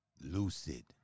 lucid